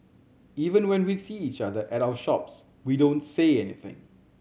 even when we see each other at our shops we don't say anything